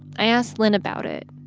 i asked lynn about it.